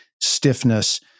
stiffness